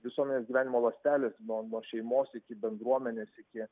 visuomenės gyvenimo ląstelės nuo šeimos iki bendruomenės iki